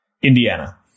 Indiana